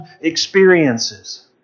experiences